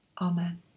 Amen